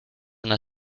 una